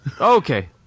Okay